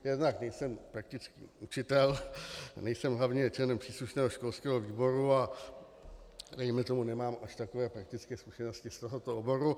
Jednak nejsem praktický učitel, nejsem hlavně členem příslušného školského výboru a dejme tomu nemám až takové praktické zkušenosti z tohoto oboru.